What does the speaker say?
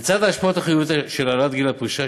לצד ההשפעות החיוביות של העלאת גיל הפרישה,